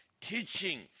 teaching